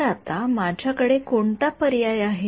तर आता माझ्याकडे कोणता पर्याय आहे